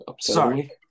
Sorry